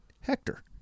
Hector